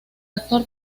actor